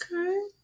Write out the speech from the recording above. okay